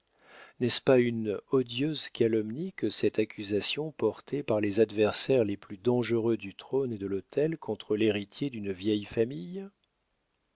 n'est-ce pas une odieuse calomnie que cette accusation portée par les adversaires les plus dangereux du trône et de l'autel contre l'héritier d'une vieille famille